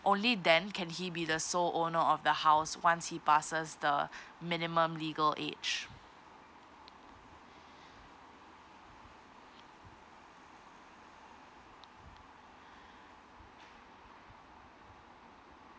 only then can he be the sole owner of the house once he passes the minimum legal age